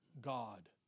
God